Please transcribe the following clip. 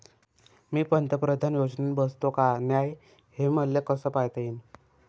मी पंतप्रधान योजनेत बसतो का नाय, हे मले कस पायता येईन?